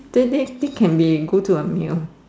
then then it can be go to a meal